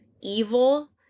evil